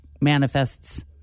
manifests